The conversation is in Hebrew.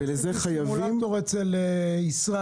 ולזה חייבים -- אני הייתי בסימולטור אצל ישראל,